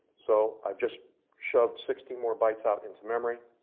so i've just shoved sixteen more bytes out into memory